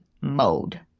mode